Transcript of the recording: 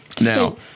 Now